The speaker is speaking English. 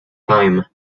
time